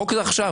החוק עכשיו.